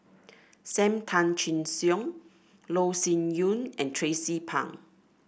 Sam Tan Chin Siong Loh Sin Yun and Tracie Pang